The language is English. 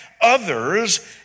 others